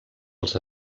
els